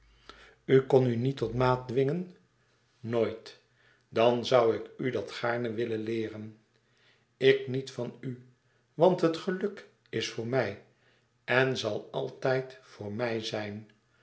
kon u niet tot maat dwingen nooit dan zoû ik u dat gaarne willen leeren ik niet van u want het geluk is voor mij en zal altijd voor mij zijn